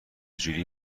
جوری